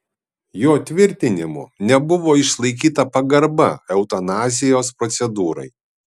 jo tvirtinimu nebuvo išlaikyta pagarba eutanazijos procedūrai